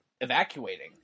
evacuating